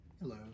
Hello